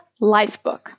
Lifebook